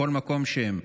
ובכל מקום שהם,